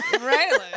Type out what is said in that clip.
right